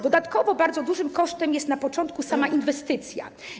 Dodatkowo bardzo dużym kosztem jest na początku sama inwestycja.